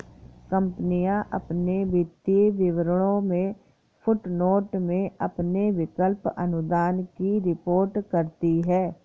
कंपनियां अपने वित्तीय विवरणों में फुटनोट में अपने विकल्प अनुदान की रिपोर्ट करती हैं